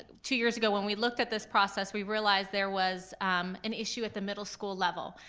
two years ago when we looked at this process, we realized there was um an issue at the middle school level,